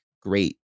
great